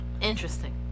interesting